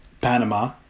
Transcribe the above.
Panama